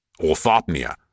orthopnea